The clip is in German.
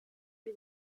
wie